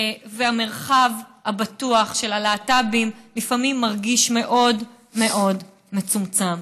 והמרחב הבטוח של הלהט"בים לפעמים מרגיש מאוד מאוד מצומצם.